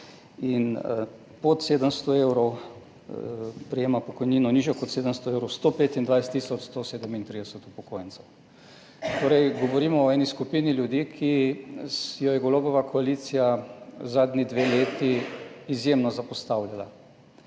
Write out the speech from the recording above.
upokojencev prejema pokojnino, nižjo kot 700 evrov. Torej, govorimo o eni skupini ljudi, ki jo je Golobova koalicija zadnji dve leti izjemno zapostavljala,